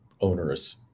onerous